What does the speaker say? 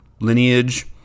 lineage